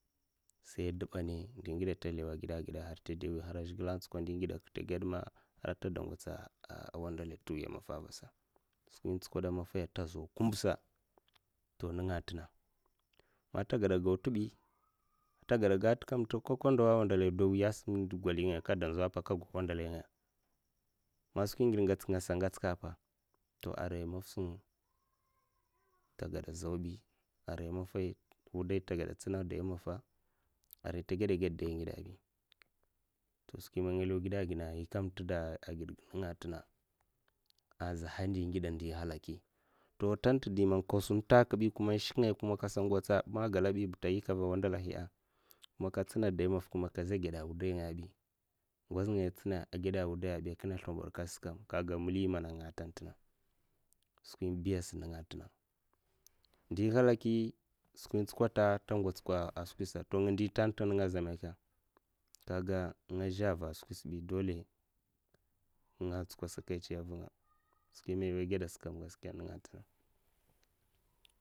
Sai adèba ni andi ngidè ata lèwè a gide gide hara ta de mwi an zhigilè an'tsuko ndi'gidè ta gèdè ma ata ngots a wandalai nte wiya maffa avasa, skwi n'tskowda a maffai anta zo kumba sa to nenga ntena man nta gada gau ntebi nta gada gata kam ko ndawa an wandalai ba dwo wiya asam golai ngaya nzowa apa aka gau wandalai ngaya man skwi gidè ngots apa arai maffa sa nta gada zau bi ara maffai wudai ntagada'ntsina dai maffa arai nte gada ged dayi ngide bi to skwi man nga nlew gide agide nya kam nten da agide nenga ntena aza nhadiya agide ndi nhalaki to ntanta di man nga sun nta kabi kuma n'shke kuma nga sa ngotsa man galabi ba nta nyika ava wandalaihiya'n a man nka ntsina dayi maffa kuma ka za gada a wudai ngaya bi man kir ngay adè lèkon sai man kadè vizi kada wèrè ndiko a lèkonè dè man nga kam amba mana anga n'gih va bi domin babba ga kam n'gau lèkonè wuday a lèkonè bi, ndi ngidèhi tashika tachi ndohi ngidè a ngozngaya atsina agada wudaiya a bi akinna slombad kat'sa kam kaga mali mana ngan nga ntenta na skwin biya sa nenga ntena, ndi nhalaki skwi'n tsukwot'nta ngots ka skwisa to nga ndi ntenta za maka? Kaga nga zhe ava skwisa bi dole nenga ntskwoda sakaichi avu'nga skwi man eh nwoy gada's kam nenga nta